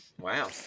Wow